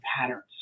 patterns